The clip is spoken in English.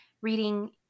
reading